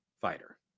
fighter